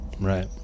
Right